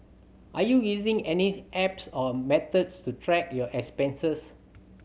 are you using any apps or methods to track your expenses